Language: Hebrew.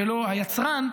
ולא היצרן,